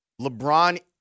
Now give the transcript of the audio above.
LeBron